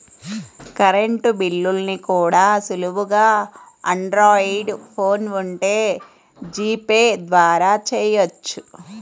current బిల్లుల్ని కూడా సులువుగా ఆండ్రాయిడ్ ఫోన్ ఉంటే జీపే ద్వారా చెయ్యొచ్చు